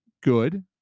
good